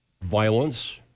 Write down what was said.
violence